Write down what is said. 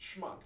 schmuck